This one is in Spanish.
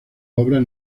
obras